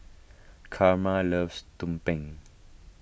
Karma loves Tumpeng